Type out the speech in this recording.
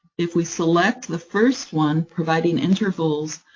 if we select the first one, providing intervals,